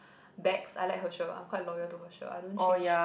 bags I like her shirt I'm quite loyal to her shirt I don't change